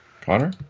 Connor